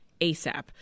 ASAP